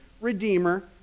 redeemer